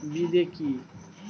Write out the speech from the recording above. বিদে কি?